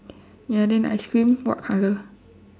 ya then ice cream what colour